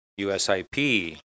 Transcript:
USIP